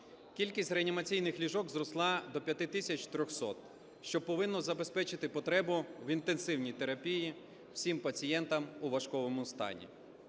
Кількість реанімаційних ліжок зросла до 5 тисяч 300, що повинно забезпечити потребу в інтенсивній терапії всім пацієнтам у важкому стані.